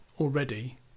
already